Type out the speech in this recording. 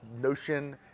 notion